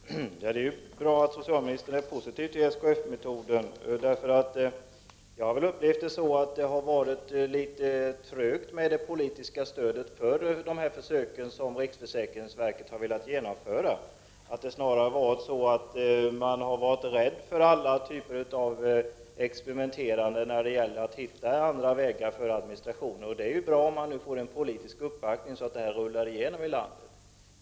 Herr talman! Det är ju bra att socialministern är positiv till SKF-modellen. Jag har nämligen upplevt att det var litet trögt att få politiskt stöd för de försök som riksförsäkringsverket har velat genomföra. Det har väl snarare varit så, att man har varit rädd för alla typer av experimenterande för att hitta andra vägar för administration. Det är ju bra om de nu får en politisk uppbackning så att denna verksamhet rullar på i landet.